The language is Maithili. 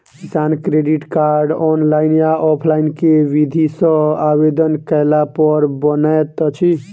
किसान क्रेडिट कार्ड, ऑनलाइन या ऑफलाइन केँ विधि सँ आवेदन कैला पर बनैत अछि?